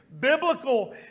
biblical